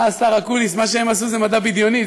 השר אקוניס, מה שהם עשו זה מדע בדיוני.